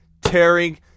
tearing